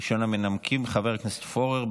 ראשון המנמקים, חבר הכנסת פורר.